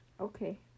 Okay